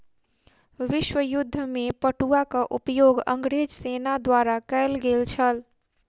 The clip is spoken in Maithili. विश्व युद्ध में पटुआक उपयोग अंग्रेज सेना द्वारा कयल गेल छल